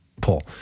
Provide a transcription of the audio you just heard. pull